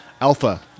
alpha